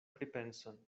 pripenson